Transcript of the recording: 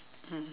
mm